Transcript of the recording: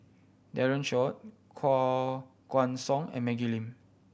Daren Shiau Koh Guan Song and Maggie Lim